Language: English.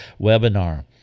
webinar